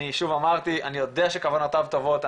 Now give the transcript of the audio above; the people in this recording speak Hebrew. אני שוב אמרתי, אני יודע שכוונותיו טובות.